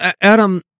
Adam